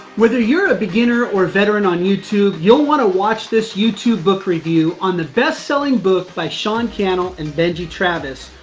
whether you're a beginner or a veteran on youtube, you'll want to watch this youtube book review on the best selling book by sean cannell and benji travis.